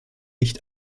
nicht